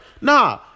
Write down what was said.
Nah